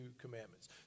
commandments